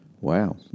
wow